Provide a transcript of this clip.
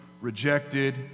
rejected